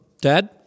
Dad